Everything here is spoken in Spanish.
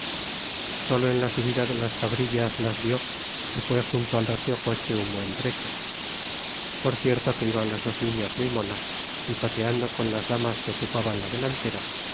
sólo en la subida de las cabrillas las vio y fue junto al regio coche un buen trecho por cierto que iban las dos niñas muy monas picoteando con las damas que ocupaban la delantera